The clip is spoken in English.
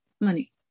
money